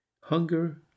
Hunger